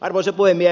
arvoisa puhemies